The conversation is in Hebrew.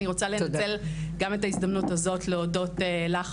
אני רוצה לנצל את ההזדמנות הזאת להודות לך,